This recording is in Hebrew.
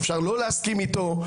אפשר לא להסכים איתו,